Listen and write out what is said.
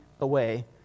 away